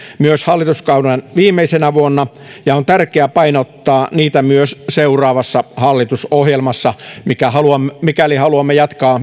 myös hallituskauden viimeisenä vuonna ja on tärkeää painottaa niitä myös seuraavassa hallitusohjelmassa mikäli haluamme jatkaa